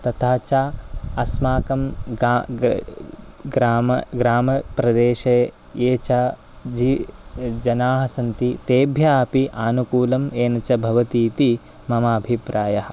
तथा च अस्माकं ग्रामप्रदेशे ये च जी जनाः सन्ति तेभ्यः अपि आनुकूल्यं येन च भवतीति मम अभिप्रायः